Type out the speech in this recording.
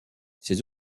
ses